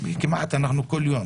וכמעט כל יום,